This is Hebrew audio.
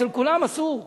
אצל כולם אסור,